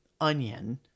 onion